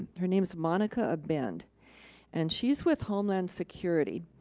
her name is monica abend and she's with homeland security.